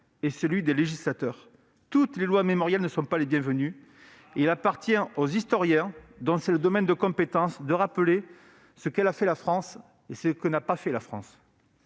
et celui du législateur. Toutes les lois mémorielles ne sont pas les bienvenues ... Ah ! Il appartient aux historiens, dont c'est le domaine de compétence, de rappeler ce que la France a fait et n'a pas fait.